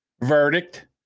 verdict